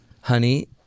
Honey